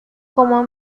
como